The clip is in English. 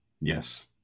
Yes